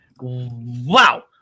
Wow